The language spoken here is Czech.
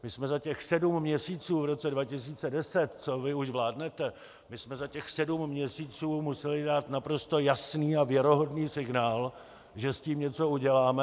My jsme za těch sedm měsíců v roce 2010, co vy už vládnete, my jsme za těch sedm měsíců museli dát naprosto jasný a věrohodný signál, že s tím něco uděláme.